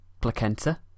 Placenta